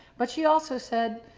but she also said,